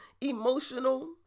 emotional